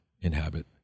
inhabit